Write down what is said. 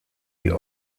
die